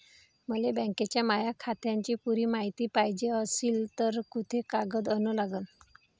मले बँकेच्या माया खात्याची पुरी मायती पायजे अशील तर कुंते कागद अन लागन?